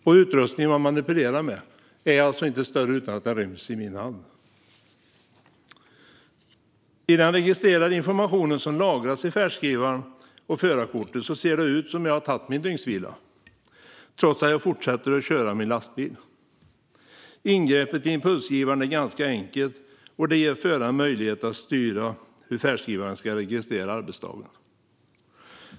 Den utrustning som används för att manipulera är alltså inte större än att den ryms i min hand. I den registrerade information som lagras i färdskrivaren och förarkortet ser det ut som att jag har tagit min dygnsvila, trots att jag fortsätter att köra min lastbil. Ingreppet i impulsgivaren är ganska enkelt, och det ger föraren möjlighet att styra hur färdskrivaren ska registrera arbetsdagen.